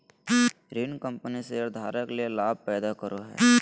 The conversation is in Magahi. ऋण कंपनी शेयरधारक ले लाभ पैदा करो हइ